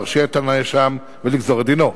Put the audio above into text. להרשיע את הנאשם ולגזור את דינו,